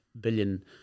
billion